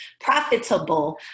profitable